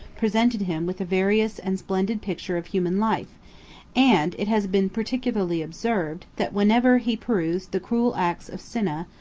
presented him with a various and splendid picture of human life and it has been particularly observed, that whenever he perused the cruel acts of cinna,